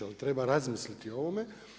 Ali treba razmisliti o ovome.